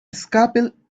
scalpel